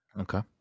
okay